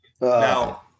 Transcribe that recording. Now